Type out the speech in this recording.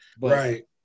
Right